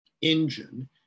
engine